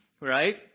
right